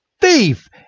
Thief